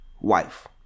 wife